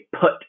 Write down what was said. put